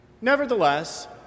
Nevertheless